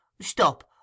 Stop